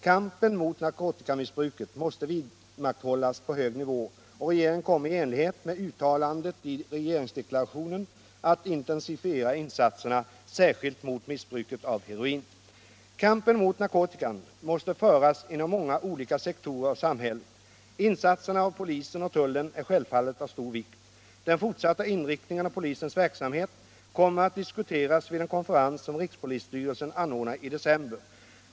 Kampen mot narkotikamissbruket måste vidmakthållas på hög nivå, och regeringen kommer i enlighet med uttalandet i regeringsdeklarationen att intensifiera insatserna, särskilt mot missbruket av heroin. Kampen mot narkotika måste föras inom många olika sektorer av samhället. Insatserna av polisen och tullen är självfallet av stor vikt. Den fortsatta inriktningen av polisens verksamhet kommer att diskuteras vid en konferens som rikspolisstyrelsen anordnar i december.